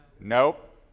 Nope